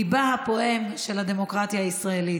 ליבה הפועם של הדמוקרטיה הישראלית.